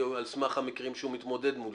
על סמך המקרים שהוא מתמודד מולם.